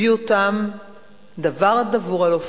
הביא אותם דבר דבור על אופניו.